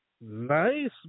Nice